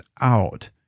out